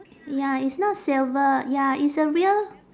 ya it's not silver ya it's a real